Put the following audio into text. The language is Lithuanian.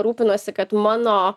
rūpinuosi kad mano